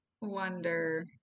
wonder